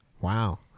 Wow